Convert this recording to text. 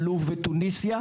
לוב ותוניסיה,